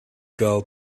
girl